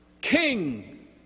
King